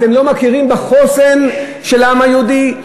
אתם לא מכירים בחוסן של העם היהודי,